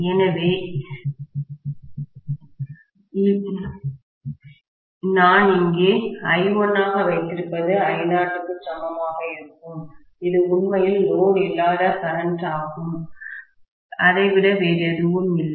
எனவே நான் இங்கே I1 ஆக வைத்திருப்பது I0 க்கு சமமாக இருக்கும் அது உண்மையில் லோடு இல்லாத கரன்ட் ஆகும்மின்னோட்டம் ஆகும் அதை விட வேறு எதுவும் இல்லை